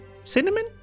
Cinnamon